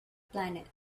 planet